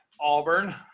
Auburn